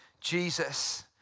Jesus